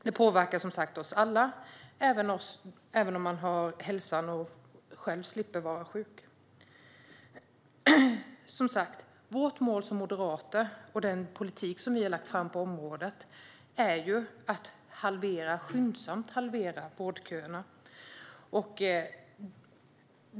Det påverkar som sagt oss alla, även om man själv har hälsan och slipper vara sjuk. Som sagt: Vårt mål som moderater med den politik som vi har lagt fram på området är att skyndsamt halvera vårdköerna.